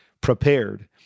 prepared